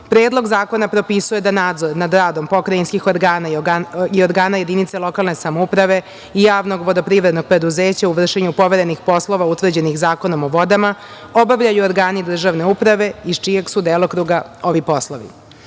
Predlog zakona propisuje da nadzor nad radom pokrajinskih organa i organa jedinica lokalne samouprave i javnog vodoprivrednom preduzeća u vršenju poverenih poslova utvrđenih Zakonom o vodama, obavljaju organi državne uprave iz čijeg su delokruga ovi poslovi. Kako